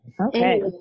Okay